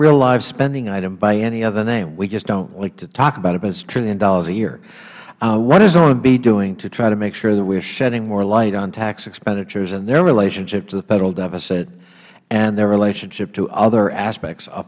real live spending item by any other name we just dont like to talk about it but it is a trillion dollars a year what is omb doing to try to make sure that we are shedding more light on tax expenditures and their relationship to the federal deficit and their relationship to other aspects of